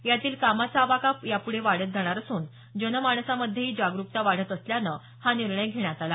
यातील कामाचा आवाका यापुढे वाढत जाणार असून जनमाणसांमध्येही जागरुकता वाढत असल्यानं हा निर्णय घेण्यात आता